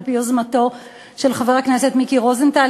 על-פי יוזמתו של חבר הכנסת מיקי רוזנטל,